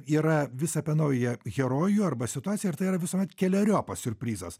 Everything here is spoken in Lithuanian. yra vis apie naują herojų arba situaciją ir tai yra visuomet keleriopas siurprizas